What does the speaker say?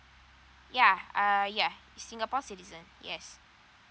yeah uh yeah singapore citizen yes